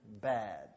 bad